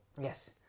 yes